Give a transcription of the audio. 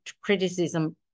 criticism